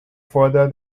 further